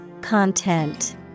Content